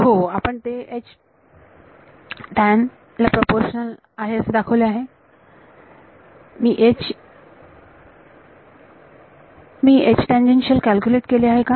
हो आपण ते ला प्रपोर्शनल आहे असे दाखवले आहे मी कॅल्क्युलेट केले आहे का